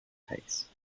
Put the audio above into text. pace